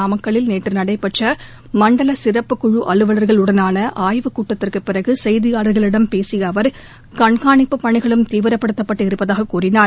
நாமக்கல்லில் நேற்று நடைபெற்ற மண்டல சிறப்பு குழு அலுவள்களுடனான ஆய்வுக் கூட்டத்திற்கு பிறகு செய்தியாளா்களிடம் பேசிய அவா் கண்காணிப்பு பணிகளும் தீவிரப்படுத்தப்பட்டு இருப்பதாக கூறினார்